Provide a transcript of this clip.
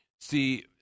see